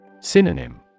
Synonym